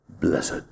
blessed